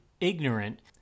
ignorant